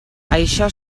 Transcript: això